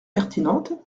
pertinente